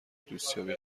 دوستیابی